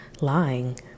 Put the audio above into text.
lying